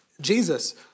Jesus